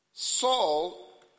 Saul